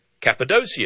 Cappadocia